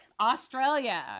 Australia